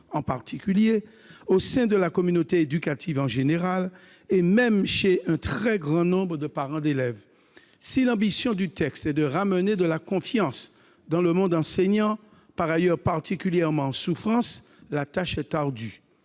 en particulier, au sein de la communauté éducative en général, et même chez un très grand nombre de parents d'élèves ! Si l'ambition du texte est de ramener de la confiance dans le monde enseignant, par ailleurs particulièrement en souffrance, la tâche est ardue,